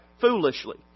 Foolishly